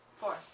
Four